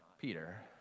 Peter